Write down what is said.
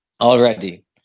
already